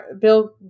Bill